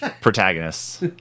protagonists